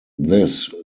this